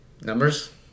Numbers